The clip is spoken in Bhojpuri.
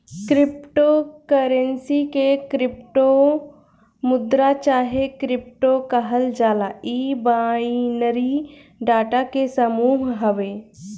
क्रिप्टो करेंसी के क्रिप्टो मुद्रा चाहे क्रिप्टो कहल जाला इ बाइनरी डाटा के समूह हवे